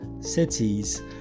cities